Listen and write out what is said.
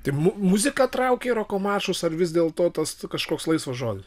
tai mu muzika traukė į roko maršus ar vis dėl to tas kažkoks laisvą žodį